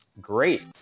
great